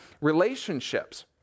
relationships